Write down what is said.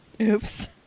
Oops